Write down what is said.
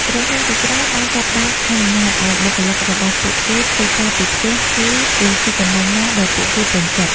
ក្រុមហ៊ុនជាច្រើនបានចាប់ផ្តើមអនុញ្ញាតឱ្យបុគ្គលិករបស់ពួកគេធ្វើការពីផ្ទះ ឬពីទីកន្លែងណាដែលពួកគេពេញចិត្ត។